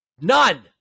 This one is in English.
none